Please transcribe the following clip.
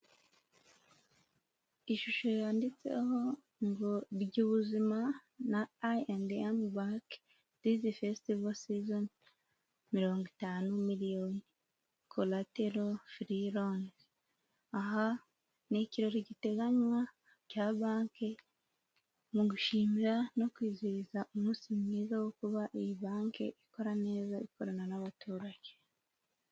Ishusho yanditseho ngo rya ubuzima na I&M banki, disi fesitivo sizoni, mirongo itanu miliyoni, koratero furironi, aha ni ikirori giteganywa cya banki mu gushimira no kwizihiza umunsi mwiza wo kuba iyi banke, ikora neza, ikorana n'abaturage.